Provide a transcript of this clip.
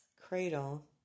cradle